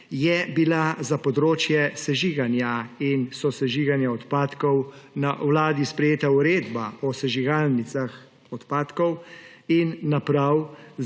je bila za področje sežiganja in sosežiganja odpadkov na Vladi sprejeta Uredba o sežigalnicah odpadkov in naprav